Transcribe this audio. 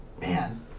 man